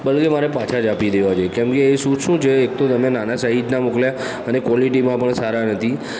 બલ્કે મારે પાછા જ આપી દેવા છે કેમ કે એ શૂઝ શું છે એક તો તમે નાનાં સાઇઝના મોકલ્યા અને ક્વોલિટીમાં પણ સારાં નથી